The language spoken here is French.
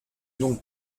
donc